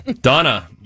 Donna